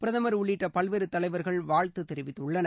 பிரதமர் உள்ளிட்ட பல்வேறு தலைவர்கள் வாழ்த்துத் தெரிவித்துள்ளனர்